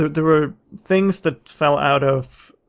there were things that fell out of,